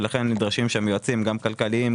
לכן נדרשים שם יועצים גם כלכליים,